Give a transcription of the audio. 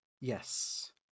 Yes